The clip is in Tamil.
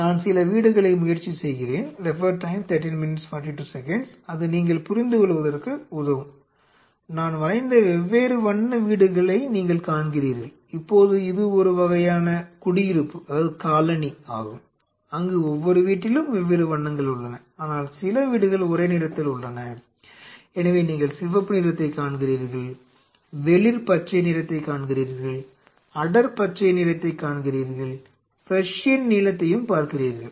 நான் சில வீடுகளை முயற்சி செய்கிறேன் பார்க்கிறீர்கள்